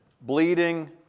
bleeding